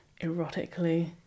erotically